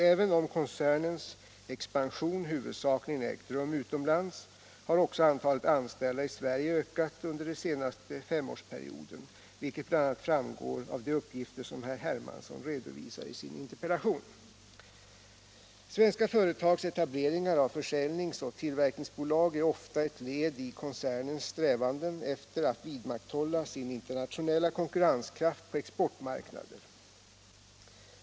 Även om koncernens expansion huvudsakligen ägt rum utomlands har också antalet anställda i Sverige ökat under den senaste femårsperioden, vilket bl.a. framgår av de uppgifter som herr Hermansson redovisar i sin interpellation. Svenska företags etableringar av försäljnings och tillverkningsbolag är ofta ett led i koncernernas strävanden efter att vidmakthålla sin internationella konkurrenskraft på exportmarknader.